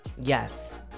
yes